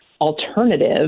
alternative